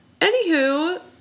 Anywho